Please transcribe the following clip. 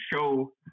show